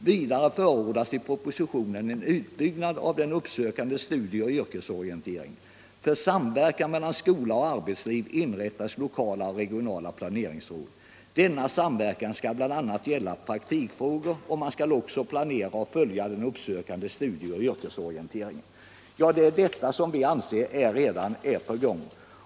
Vidare förordas i propositionen en utbyggnad av den uppsökande studie och yrkesorienteringen. För samverkan mellan skola och arbetsliv inrättas lokala och regionala planeringsråd. Denna samverkan skall bl.a. gälla praktikfrågor, och man skall också planera och följa den uppsökande studie och yrkesorienteringen.” Det är alltså detta som vi anser redan är på gång.